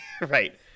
Right